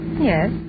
Yes